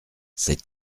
cette